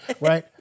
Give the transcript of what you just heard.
right